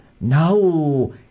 now